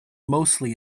mostly